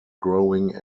growing